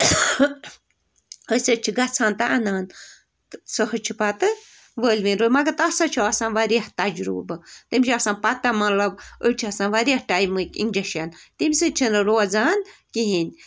أسۍ حظ چھِ گژھان تہٕ اَنان تہٕ سُہ حظ چھُ پَتہٕ وٲلۍویٚنۍ مگر تَتھ سۭتۍ چھُ آسان واریاہ تَجروٗبہٕ تٔمِس چھِ آسان پَتہ مطلب أڑۍ چھِ آسان واریاہ ٹایمٕکۍ اِنجَشَن تَمہِ سۭتۍ چھِنہٕ روزان کِہیٖنۍ